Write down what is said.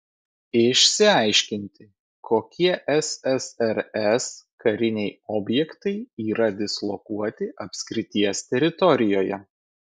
išsiaiškinti kokie ssrs kariniai objektai yra dislokuoti apskrities teritorijoje